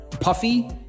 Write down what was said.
puffy